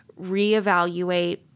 reevaluate